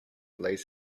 lays